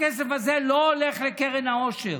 הכסף הזה לא הולך לקרן העושר,